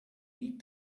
need